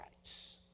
rights